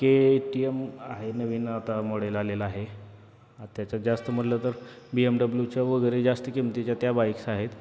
के T M आहे नवीन आता मडेल आलेला आहे त्याच्यात जास्त म्हटलं तर बी एम डब्लूच्या वगैरे जास्त किमतीच्या त्या बाईक्स आहेत